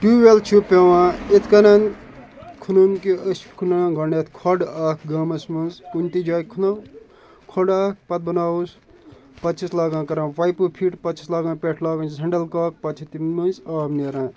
tube well چھِ پٮ۪وان یِتھ کَنَن کھَنُن کہِ أسۍ چھِ کھَنان گۄڈٕنٮ۪تھ کھۄڑ اَکھ گامَس منٛز کُنۍ تہِ جایہِ کھَنو کھۄڑٕ اَکھ پَتہٕ بَناوو أسۍ پَتہٕ چھِ أسۍ لاگان کَران پایپہٕ فِٹ پَتہٕ چھِس لاگان پٮ۪ٹھ لاگان چھِس ہٮ۪نٛڈَل کاک پَتہٕ چھِ تِمنٕے مٔنٛزۍ آب نیران